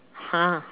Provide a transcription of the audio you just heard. !huh!